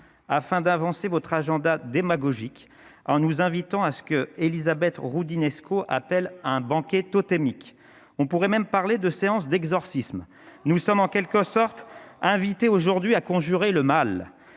afin d'avancer votre agenda démagogique en nous invitant à ce que Élisabeth Roudinesco appelle un banquet totémique, on pourrait même parler de séances d'exorcisme, nous sommes en quelque sorte invité aujourd'hui à conjurer le mal